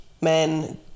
men